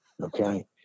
okay